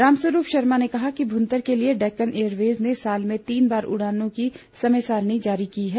रामस्वरूप शर्मा ने कहा कि भुंतर के लिए डेक्कन एयरवेज ने साल में तीन बार उड़ानों की समयसारिणी जारी की है